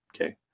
Okay